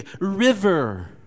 river